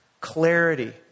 clarity